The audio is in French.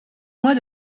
mois